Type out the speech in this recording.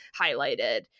highlighted